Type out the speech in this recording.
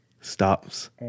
Stops